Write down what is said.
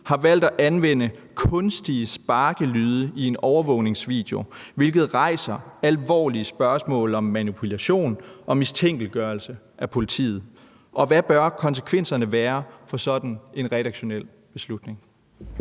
har valgt at anvende kunstige sparkelyde i en overvågningsvideo, hvilket rejser alvorlige spørgsmål om manipulation og mistænkeliggørelse af politiet, og hvad bør konsekvenserne være for en sådan redaktionel beslutning?